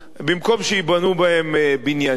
במקום שייבנו בהם בניינים,